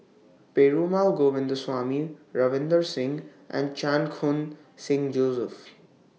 Perumal Govindaswamy Ravinder Singh and Chan Khun Sing Joseph